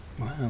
Wow